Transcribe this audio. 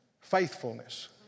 faithfulness